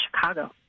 Chicago